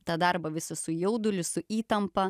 ta darbą visą su jauduliu su įtampa